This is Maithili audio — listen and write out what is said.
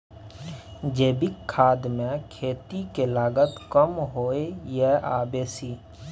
जैविक खाद मे खेती के लागत कम होय ये आ बेसी?